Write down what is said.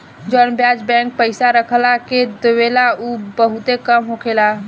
जवन ब्याज बैंक पइसा रखला के देवेला उ बहुते कम होखेला